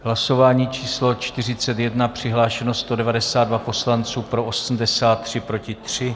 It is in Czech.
Hlasování číslo 41, přihlášeno 192 poslanců, pro 83, proti 3.